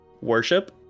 worship